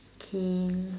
King